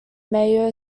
mayo